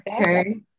Okay